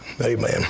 Amen